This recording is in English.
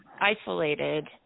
isolated